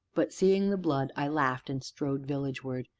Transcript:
but, seeing the blood, i laughed, and strode villagewards,